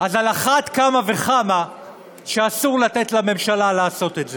אז על אחת כמה וכמה אסור לתת לממשלה לעשות את זה.